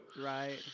right